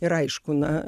ir aišku na